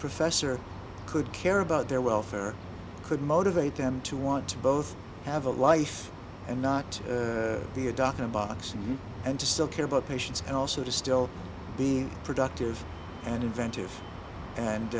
professor could care about their welfare could motivate them to want to both have a life and not be a doctor in boxing and to still care about patients and also to still be productive and inventive and